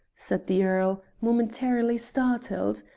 said the earl, momentarily startled.